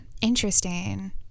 Interesting